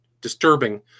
disturbing